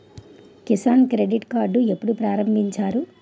Kisan credit card ఎప్పుడు ప్రారంభించారు?